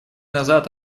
назад